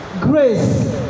Grace